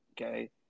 okay